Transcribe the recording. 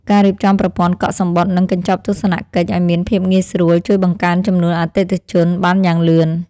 ការរៀបចំប្រព័ន្ធកក់សំបុត្រនិងកញ្ចប់ទស្សនកិច្ចឱ្យមានភាពងាយស្រួលជួយបង្កើនចំនួនអតិថិជនបានយ៉ាងលឿន។